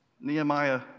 Nehemiah